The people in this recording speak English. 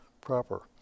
proper